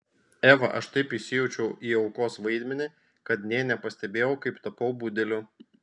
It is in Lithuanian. eva aš taip įsijaučiau į aukos vaidmenį kad nė nepastebėjau kaip tapau budeliu